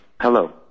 Hello